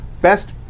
best